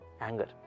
Anger